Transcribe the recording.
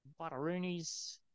butteroonies